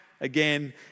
again